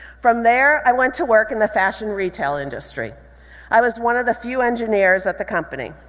from there, i went to work in the fashion retail industry i was one of the few engineers at the company.